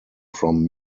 from